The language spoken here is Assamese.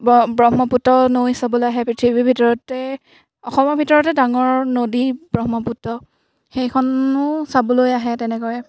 ব ব্ৰহ্মপুত্ৰ নৈ চাবলৈ আহে পৃথিৱীৰ ভিতৰতে অসমৰ ভিতৰতে ডাঙৰ নদী ব্ৰহ্মপুত্ৰ সেইখনো চাবলৈ আহে তেনেকৈ